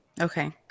Okay